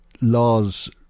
laws